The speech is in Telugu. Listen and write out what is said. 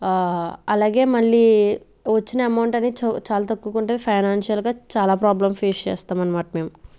అ అలాగే మళ్ళీ వచ్చిన ఎమౌంట్ అనేది చా చాలా తక్కువగా ఉంటుంది ఫైనాన్షియల్గా చాలా ప్రాబ్లం ఫేస్ చేస్తాం అన్నమాట మేము